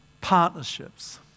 Partnerships